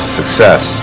success